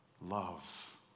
loves